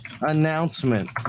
announcement